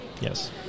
Yes